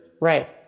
Right